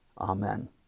Amen